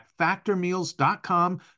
factormeals.com